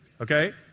Okay